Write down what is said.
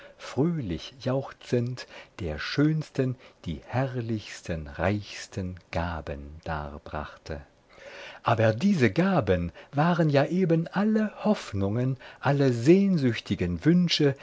fröhlich jauchzend der schönsten die herrlichsten reichsten gaben darbrachte aber diese gaben waren ja eben alle hoffnungen alle sehnsüchtigen wünsche